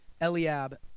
Eliab